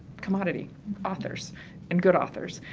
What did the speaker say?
commodity authors and good authors.